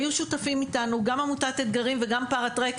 היו שותפים איתנו גם עמותת אתגרים וגם פאראטרק,